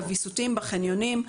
הוויסות בחניונים,